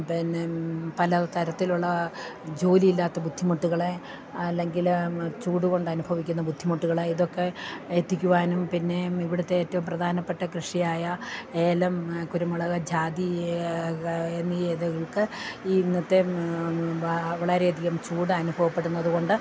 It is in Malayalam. പിന്നെ പല തരത്തിലുള്ള ജോലിയില്ലാത്ത ബുദ്ധിമുട്ടുകളെ അല്ലെങ്കിൽ ചൂട് കൊണ്ട് അനുഭവിക്കുന്ന ബുദ്ധിമുട്ടുകളെ ഇതൊക്കെ എത്തിക്കുവാനും പിന്നെ ഇവിടുത്തെ ഏറ്റവും പ്രധാനപ്പെട്ട കൃഷിയായ ഏലം കുരുമുളക് ജാതി എന്നീ ഏതകൾക്ക് ഇന്നത്തെ വളരെ അധികം ചൂട് അനുഭവപ്പെടുന്നത് കൊണ്ട്